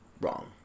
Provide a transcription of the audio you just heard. Wrong